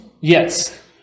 Yes